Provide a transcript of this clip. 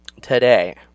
today